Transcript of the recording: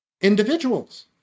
individuals